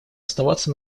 оставаться